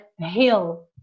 heal